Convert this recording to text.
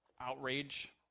outrage